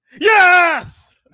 Yes